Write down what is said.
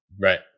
Right